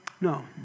No